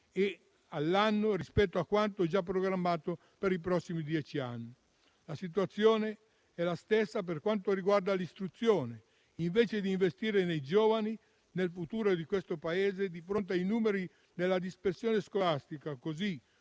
all'anno rispetto a quanto già programmato per i prossimi dieci anni. La situazione è la stessa per quanto riguarda l'istruzione: invece di investire nei giovani, nel futuro di questo Paese, di fronte ai numeri della dispersione scolastica, così